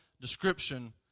description